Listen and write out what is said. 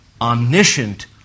omniscient